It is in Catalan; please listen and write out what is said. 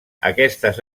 aquestes